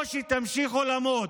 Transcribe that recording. או שתמשיכו למות.